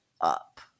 up